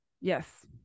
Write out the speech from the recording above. yes